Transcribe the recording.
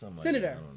Senator